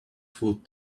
food